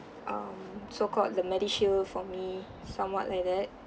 um so called the medishield for me somewhat like that